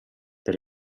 per